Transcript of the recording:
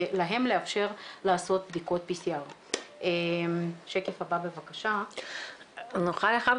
להם לאפשר לעשות בדיקות PCR. נוכל אחר